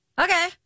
Okay